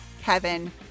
Kevin